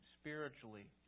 spiritually